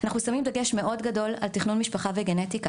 אנחנו שמים דגש מאוד מאוד גדול על תכנון משפחה וגנטיקה,